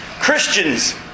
Christians